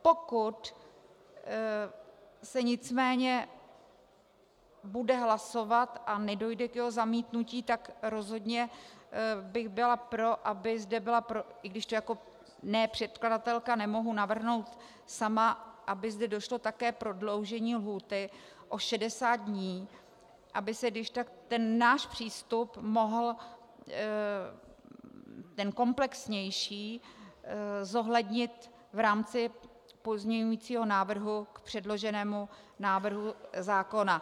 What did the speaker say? Pokud se nicméně bude hlasovat a nedojde k jeho zamítnutí, tak rozhodně bych byla pro, i když to jako předkladatelka nemohu navrhnout sama, aby zde došlo také k prodloužení lhůty o 60 dnů, aby se když tak ten náš přístup, ten komplexnější, mohl zohlednit v rámci pozměňujícího návrhu k předloženému návrhu zákona.